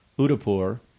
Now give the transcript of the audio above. Udaipur